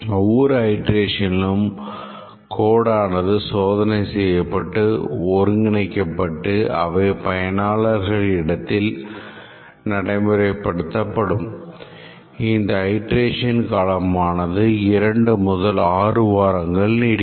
ஒவ்வொரு அயிட்ரேஷனிலும் code ஆனது சோதனை செய்யப்பட்டு ஒருங்கிணைக்கப்பட்டு அவை பயனாளர்கள் இடத்தில் நடைமுறைப்படுத்தப்படும் இந்த அயிட்ரேஷன் காலமானது 2 முதல் 6 வாரங்கள் நீடிக்கும்